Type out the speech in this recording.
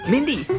Mindy